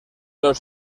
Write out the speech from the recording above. los